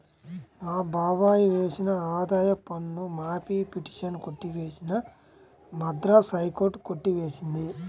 మా బాబాయ్ వేసిన ఆదాయపు పన్ను మాఫీ పిటిషన్ కొట్టివేసిన మద్రాస్ హైకోర్టు కొట్టి వేసింది